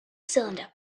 cylinder